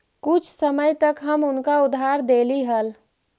कुछ समय तक हम उनका उधार देली हल